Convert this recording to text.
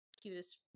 cutest